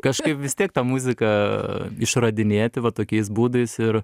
kažkaip vis tiek tą muziką išradinėti va tokiais būdais ir